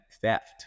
theft